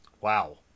Wow